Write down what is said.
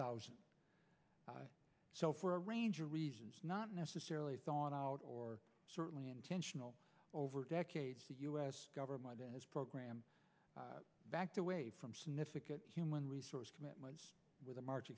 thousand so for a range of reasons not necessarily thought out or certainly intentional over decades the u s government has program backed away from significant human resource commitments with the march